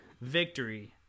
victory